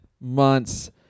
months